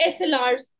SLRs